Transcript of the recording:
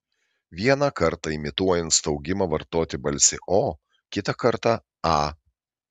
vieną kartą imituojant staugimą vartoti balsį o kitą kartą a